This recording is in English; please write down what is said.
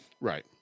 Right